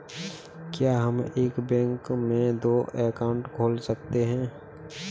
क्या हम एक बैंक में दो अकाउंट खोल सकते हैं?